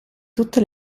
tutte